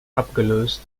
abgelöst